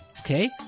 okay